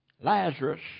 Lazarus